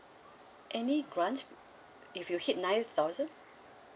any grant if you hit nine thousand